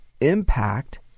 impact